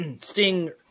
Sting